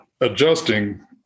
Adjusting